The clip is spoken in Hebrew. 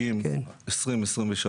הוא אומר, זה קודש הקודשים כמו דגל ישראל.